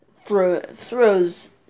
throws